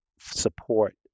support